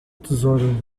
tesouro